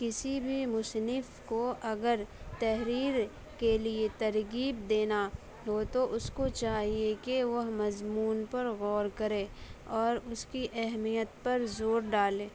کسی بھی مصنف کو اگر تحریر کے لیے ترغیب دینا ہو تو اس کو چاہیے کہ وہ مضمون پر غور کریں اور اس کی اہمیت پر زور ڈالیں